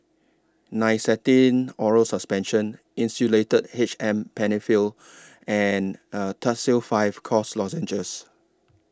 Nystatin Oral Suspension Insulatard H M Penifill and Tussils five Cough Lozenges